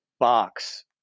box